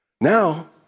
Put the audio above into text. Now